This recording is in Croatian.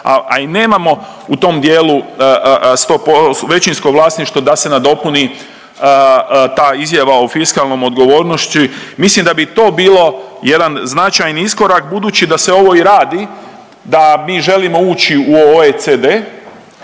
a i nemamo u tom dijelu 100%, većinsko vlasništvo da se nadopuni ta izjava o fiskalnoj odgovornosti. Mislim da bi i to bilo jedan značajni iskorak budući da se ovo i radi da mi želimo ući u OECD.